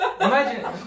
Imagine